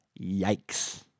yikes